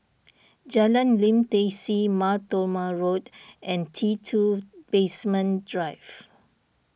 Jalan Lim Tai See Mar Thoma Road and T two Basement Drive